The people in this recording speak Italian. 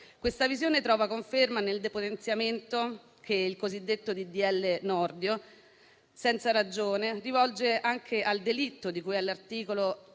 Questa visione trova conferma nel depotenziamento che il cosiddetto disegno di legge Nordio, senza ragione, rivolge anche al delitto di cui all'articolo